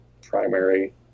primary